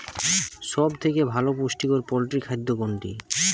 সব থেকে ভালো পুষ্টিকর পোল্ট্রী খাদ্য কোনটি?